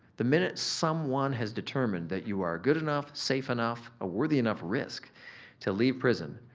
the minute someone has determined that you are good enough, safe enough, a worthy enough risk to leave prison,